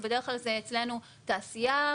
בדרך כלל אצלנו זה תעשייה,